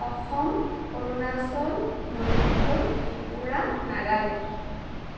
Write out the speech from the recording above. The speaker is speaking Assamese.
অসম অৰুণাচল মণিপুৰ ত্ৰিপুৰা নাগালেণ্ড